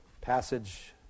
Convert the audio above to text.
Passage